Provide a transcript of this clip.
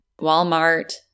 Walmart